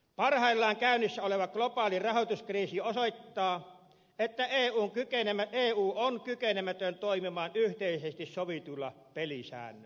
parhaillaan käynnissä oleva globaali rahoituskriisi osoittaa että eu on kykenemätön toimimaan yhteisesti sovituilla pelisäännöillä